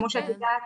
כמו שאת יודעת,